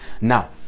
Now